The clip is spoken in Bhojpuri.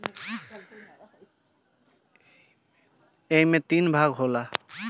ऐइमे तीन भाग होखेला